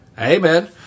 Amen